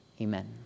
Amen